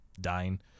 dying